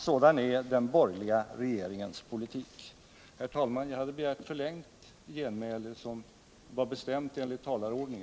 Sådan är den borgerliga regeringens politik!